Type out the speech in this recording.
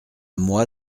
moi